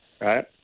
right